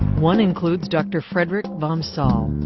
one includes dr. frederick vom saal.